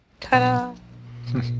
Ta-da